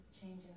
changing